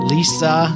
Lisa